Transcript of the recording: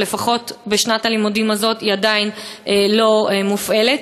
או לפחות בשנת הלימודים הזאת היא עדיין לא מופעלת,